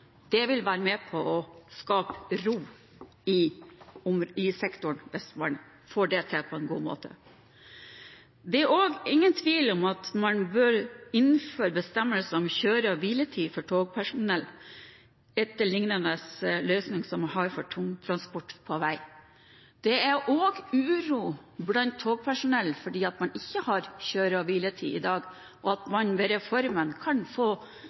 Det vil være med på å skape ro i sektoren hvis man får det til på en god måte. Det er heller ingen tvil om at man bør innføre bestemmelser om kjøre- og hviletid for togpersonell, etter en lignende løsning som den man har for tungtransport på vei. Det er også uro blant togpersonell fordi man ikke har bestemmelser om kjøre- og hviletid i dag, og at man ved reformen kan få